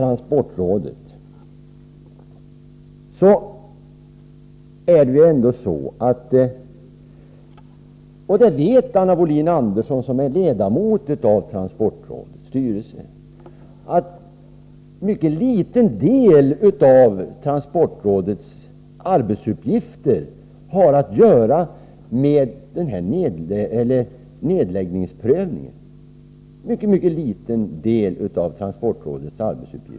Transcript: Anna Wohlin-Andersson som är ledamot av transportrådets styrelse vet att en mycket liten del av transportrådets arbetsuppgifter har att göra med nedläggningsprövningen.